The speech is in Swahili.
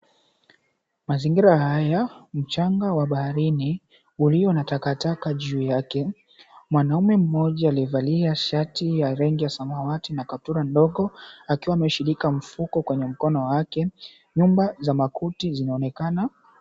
Mazingira haya ni ya mchanga wa baharini ulio na taka taka juu yake. Mwanamme mmoja aliyevalia shati la rangi ya samawati na kaptura ndogo ameonekana akiwa ameshika mfuko kwenye mkono wake, nyumba za makuti zinaonekana.